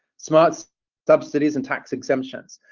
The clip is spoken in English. smart subsidies and tax exemptions.